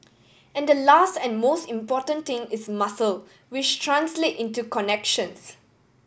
and the last and most important thing is muscle which translate into connections